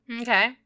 Okay